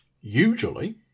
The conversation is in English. usually